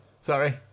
Sorry